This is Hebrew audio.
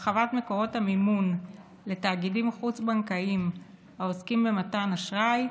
(הרחבת מקורות המימון לתאגידים חוץ-בנקאיים העוסקים במתן אשראי),